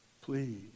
Please